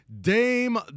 Dame